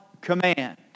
command